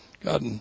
God